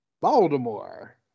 Baltimore